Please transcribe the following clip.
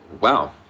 Wow